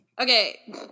okay